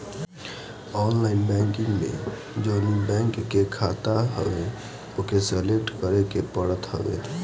online banking में जवनी bank के खाता हवे ओके सलेक्ट करे के पड़त हवे